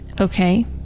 Okay